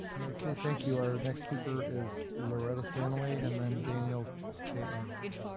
okay thank you, our next speaker is loretta stanaway, and then daniel k. arnold.